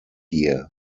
here